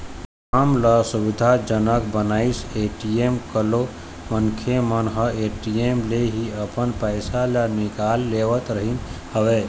काम ल सुबिधा जनक बनाइस ए.टी.एम लाके मनखे मन ह ए.टी.एम ले ही अपन पइसा ल निकाल लेवत रिहिस हवय